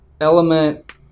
element